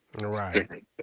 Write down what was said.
Right